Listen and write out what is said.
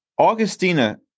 Augustina